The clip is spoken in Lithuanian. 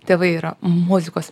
tėvai yra muzikos